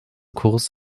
kurs